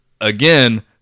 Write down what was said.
again